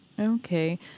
Okay